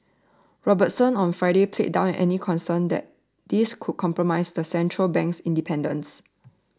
robertson on Friday played down any concerns that this could compromise the central bank's independence